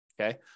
Okay